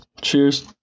Cheers